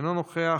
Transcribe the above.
אינו נוכח,